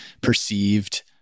perceived